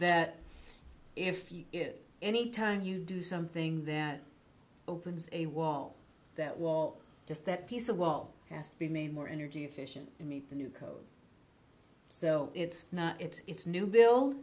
that if you anytime you do something that opens a wall that wall just that piece of wall has to be made more energy efficient to meet the new code so it's not it's new bill